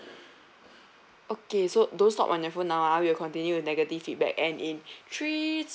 okay so don't stop on your phone now ah we will continue with negative feedback and in three